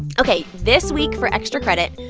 ok. this week, for extra credit.